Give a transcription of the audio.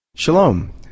Shalom